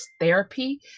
therapy